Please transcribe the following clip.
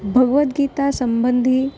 भगवद्गीतासम्बन्धीनि